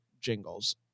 jingles